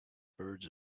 birds